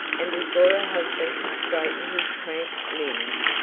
and before her husband could straighten his cramped limbs,